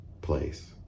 place